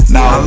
Now